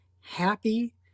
happy